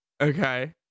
okay